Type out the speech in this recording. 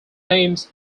teams